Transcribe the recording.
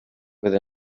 with